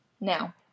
Now